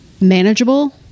manageable